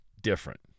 different